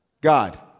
God